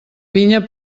vinya